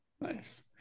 nice